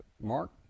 mark